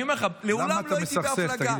אני אומר לך, מעולם לא הייתי בהפלגה.